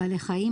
בעלי חיים,